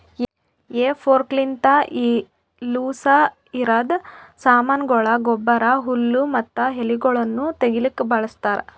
ಹೇ ಫೋರ್ಕ್ಲಿಂತ ಲೂಸಇರದ್ ಸಾಮಾನಗೊಳ, ಗೊಬ್ಬರ, ಹುಲ್ಲು ಮತ್ತ ಎಲಿಗೊಳನ್ನು ತೆಗಿಲುಕ ಬಳಸ್ತಾರ್